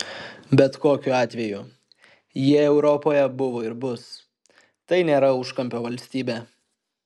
bet kokiu atveju jie europoje buvo ir bus tai nėra užkampio valstybė